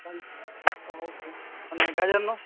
હમ અચ્છા ઓકે અને ગાજરનો